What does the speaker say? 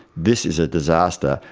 this is a disaster,